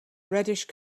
reddish